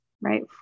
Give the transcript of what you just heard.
right